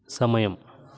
సమయం